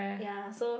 ya so